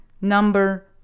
number